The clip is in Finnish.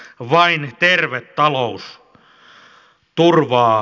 vain terve talous turvaa leivän